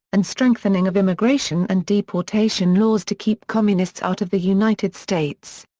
and strengthening of immigration and deportation laws to keep communists out of the united states.